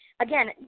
again